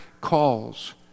calls